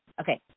Okay